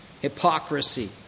Hypocrisy